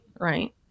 right